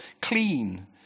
clean